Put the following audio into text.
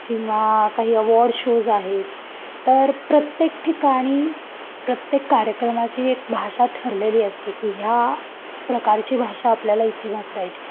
किंवा काही award shows आहेत तर प्रत्येक ठिकाणी प्रत्येक कार्यक्रमाची एक भाषा ठरलेली असते की ह्या प्रकारची भाषा आपल्याला इथे वापरायची